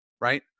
right